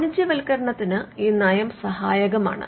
വാണിജ്യവത്കരണത്തിന് ഈ നയം സഹായകമാണ്